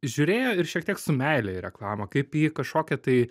žiūrėjo ir šiek tiek su meile į reklamą kaip į kažkokią tai